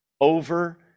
over